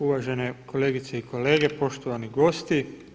Uvažene kolegice i kolege, poštovani gosti.